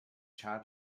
cha